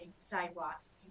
sidewalks